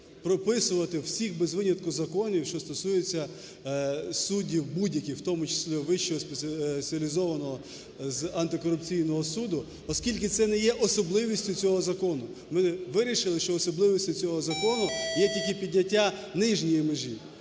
прописувати у всіх без винятку законів, що стосуються суддів будь-яких, в тому числі Вищого спеціалізованого антикорупційного суду, оскільки це не є особливістю цього закону. Ми вирішили, що особливістю цього закону є тільки підняття нижньої межі.